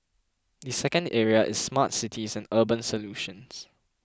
the second area is smart cities and urban solutions